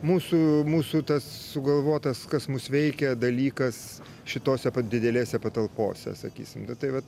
mūsų mūsų tas sugalvotas kas mus veikia dalykas šitose didelėse patalpose sakysim nu tai va